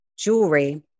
jewelry